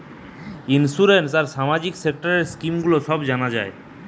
insurance আর সামাজিক সেক্টরের স্কিম গুলো সব জানা যায়